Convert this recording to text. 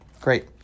Great